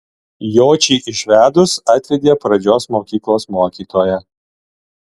jočį išvedus atvedė pradžios mokyklos mokytoją